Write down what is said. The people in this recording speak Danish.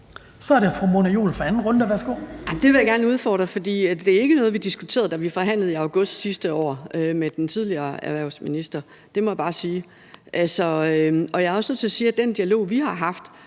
Kl. 18:59 Mona Juul (KF): Det vil jeg gerne udfordre, for det var ikke noget, vi diskuterede, da vi forhandlede i august sidste år med den tidligere erhvervsminister. Det må jeg bare sige. Og jeg er også nødt til at sige, at den dialog, vi har haft,